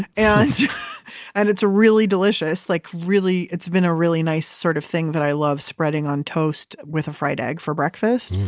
and and and it's really delicious. like it's been a really nice sort of thing that i love spreading on toast with a fried egg for breakfast,